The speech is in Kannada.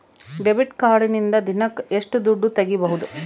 ಡೆಬಿಟ್ ಕಾರ್ಡಿನಿಂದ ದಿನಕ್ಕ ಎಷ್ಟು ದುಡ್ಡು ತಗಿಬಹುದು?